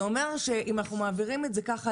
זה אומר שאם אנחנו מעבירים את זה ככה,